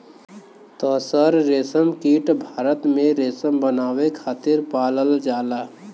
तसर रेशमकीट भारत में रेशम बनावे खातिर पालल जाला